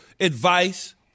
advice